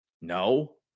No